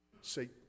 say